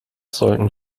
sollten